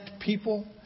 people